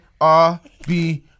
RB